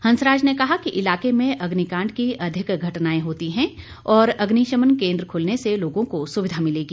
हंसराज ने कहा कि इलाके में अग्निकांड की अधिक घटनाएं होती हैं और अग्निशमन केंद्र खुलने से लोगों को सुविधा मिलेगी